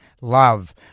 love